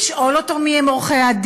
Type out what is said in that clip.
לשאול אותו מי הם עורכי-הדין,